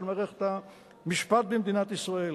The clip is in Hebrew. של מערכת המשפט במדינת ישראל.